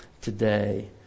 today